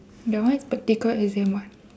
the one is practical exam [what]